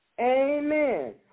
Amen